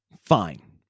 Fine